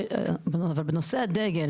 אבל בנושא הדגל,